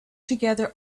together